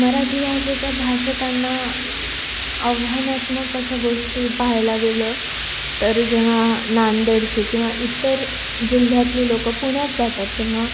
मराठी भाषेच्या भाषिकांना आव्हानात्मक अशा गोष्टी पहायला गेलं तर जेव्हा नांदेडची किंवा इतर जिल्ह्यातली लोकं पुण्यातच जातात तेव्हा